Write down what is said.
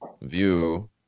view